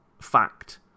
fact